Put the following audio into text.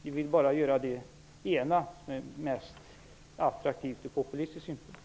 Ni vill bara göra det ena, det mest attraktiva ur populistisk synpunkt.